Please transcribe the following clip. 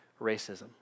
racism